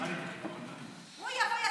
הוא יבוא ויטיף לי?